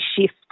shift